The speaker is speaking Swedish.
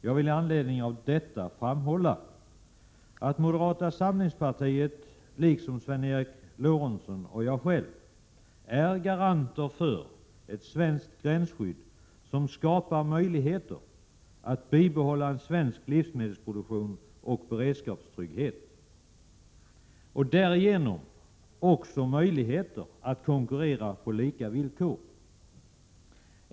Jag vill i anledning av detta framhålla att moderata samlingspartiet, liksom Sven Eric Lorentzon och jag själv, är garanter för ett svenskt gränsskydd som skapar möjligheter att bibehålla svensk livsmedelproduktion och beredskapstrygghet, och därigenom också möjligheter att konkurrera på lika villkor.